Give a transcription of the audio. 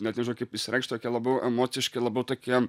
net nežinau kaip išsireikšt tokie labiau emociškai labiau tokie